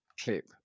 clip